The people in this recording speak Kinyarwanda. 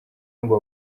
ngo